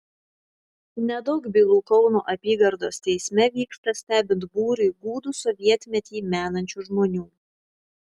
nedaug bylų kauno apygardos teisme vyksta stebint būriui gūdų sovietmetį menančių žmonių